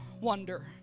wonder